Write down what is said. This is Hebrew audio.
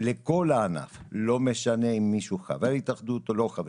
לכל הענף, ולא משנה אם מישהו חבר התאחדות או לא.